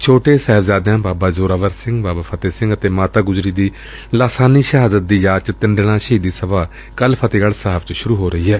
ਛੋਟੇ ਸਾਹਿਬਜ਼ਾਦਿਆਂ ਬਾਬਾ ਜ਼ੋਰਾਵਰ ਸਿੰਘ ਬਾਬਾ ਫਤਹਿ ਸਿੰਘ ਅਤੇ ਮਾਤਾ ਗੁਜਰੀ ਦੀ ਲਾਸਾਨੀ ਸ਼ਹਾਦਤ ਦੀ ਯਾਦ ਚ ਤਿੰਨ ਦਿਨਾਂ ਸ਼ਹੀਦੀ ਸਭਾ ਕੱਲ੍ ਫਤਹਿਗੜ੍ਪ ਸਾਹਿਬ ਚ ਸ਼ੁਰੂ ਹੋ ਰਹੀ ਏ